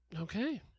Okay